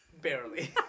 barely